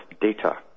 data